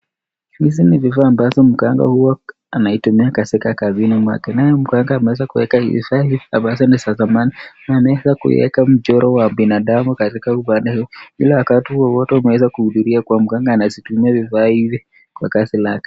Hizi ni vifaa ambavyo mganga huwa anazitumia katika kazini mwake, naye mganga ameweza kueka vifaa hizi ambazo ni za thamani na ameeza kuieka mchoro wa binadamu katika upande huu, ili wakati wowote unaweza kuuduria kwa mganga anazitumia vifaa hivi, kwa kazi lake.